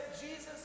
Jesus